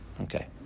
Okay